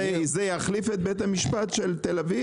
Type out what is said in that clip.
זה יחליף את בית המשפט של תל-אביב?